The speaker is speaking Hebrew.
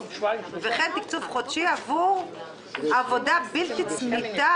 וכן תקצוב חודשי עבור עבודה בלתי צמיתה